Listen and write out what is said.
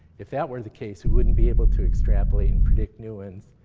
if that were the case, we wouldn't be able to extrapolate and predict new ones